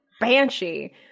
banshee